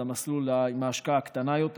שזה המסלול עם ההשקעה הקטנה יותר.